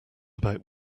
about